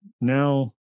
now